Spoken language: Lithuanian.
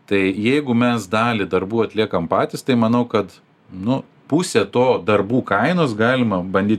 tai jeigu mes dalį darbų atliekam patys tai manau kad nu pusė to darbų kainos galima bandyt